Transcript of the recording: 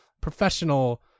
professional